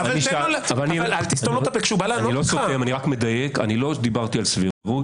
אני רק מדייק, אני לא דיברתי על סבירות.